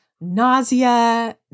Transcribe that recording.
nausea